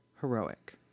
Heroic